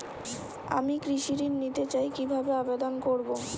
আমি কৃষি ঋণ নিতে চাই কি ভাবে আবেদন করব?